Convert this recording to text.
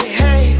hey